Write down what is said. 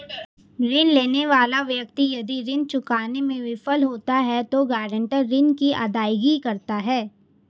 ऋण लेने वाला व्यक्ति यदि ऋण चुकाने में विफल होता है तो गारंटर ऋण की अदायगी करता है